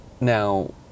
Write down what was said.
now